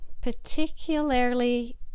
particularly